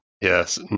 Yes